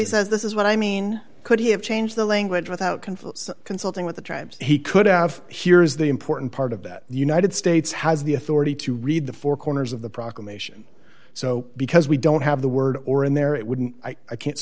initially says this is what i mean could he have changed the language without conflict consulting with the tribes he could have here's the important part of that the united states has the authority to read the four corners of the proclamation so because we don't have the word or in there it wouldn't i can't